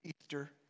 Easter